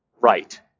right